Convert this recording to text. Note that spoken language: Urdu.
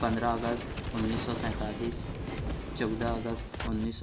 پندرہ اگست انیس سو سینتالیس چودہ اگست انیس سو سینتالیس پچیس جنوری دو ہزار اکیس